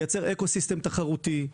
לייצר אקוסיסטם תחרותי.